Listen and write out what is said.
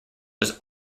was